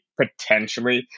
potentially